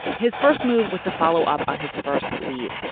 his first move was to follow up on his first lead.